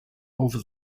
over